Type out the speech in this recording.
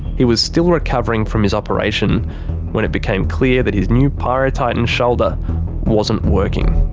he was still recovering from his operation when it became clear that his new pyrotitan shoulder wasn't working.